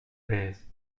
baisse